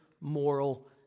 moral